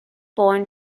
born